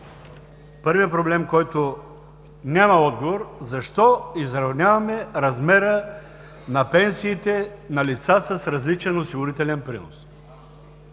Първият проблем е, и той няма отговор: защо изравняваме размера на пенсиите на лица с различен осигурителен принос?